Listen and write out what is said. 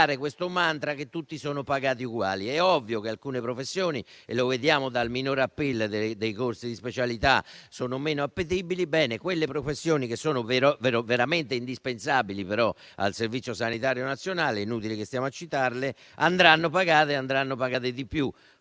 È ovvio che alcune professioni - lo vediamo dal minor *appeal* dei corsi di specialità - siano meno appetibili; ebbene, quelle professioni, che sono veramente indispensabili però al Servizio sanitario nazionale - è inutile che le citiamo - andranno pagate di più.